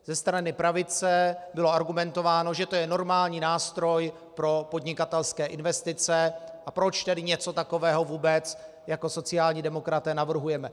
Ze strany pravice bylo argumentováno, že to je normální nástroj pro podnikatelské investice a proč tedy něco takového vůbec jako sociální demokraté navrhujeme.